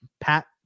Pat